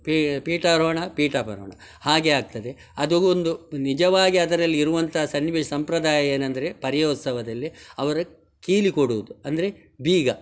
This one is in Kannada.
ಪೀ ಪೀಠಾರೋಹಣ ಪೀಠಾವರೋಹಣ ಹಾಗೆ ಆಗ್ತದೆ ಅದು ಒಂದು ನಿಜವಾಗಿ ಅದರಲ್ಲಿ ಇರುವಂಥ ಸನ್ನಿವೇಶ ಸಂಪ್ರದಾಯ ಏನಂದರೆ ಪರಿಯೋತ್ಸವದಲ್ಲಿ ಅವರ ಕೀಲಿ ಕೊಡುವುದು ಅಂದರೆ ಬೀಗ